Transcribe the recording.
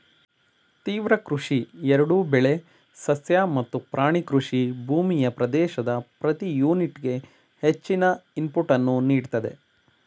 ತೀವ್ರ ಕೃಷಿ ಎರಡೂ ಬೆಳೆ ಸಸ್ಯ ಮತ್ತು ಪ್ರಾಣಿ ಕೃಷಿ ಭೂಮಿಯ ಪ್ರದೇಶದ ಪ್ರತಿ ಯೂನಿಟ್ಗೆ ಹೆಚ್ಚಿನ ಇನ್ಪುಟನ್ನು ನೀಡ್ತದೆ